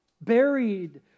buried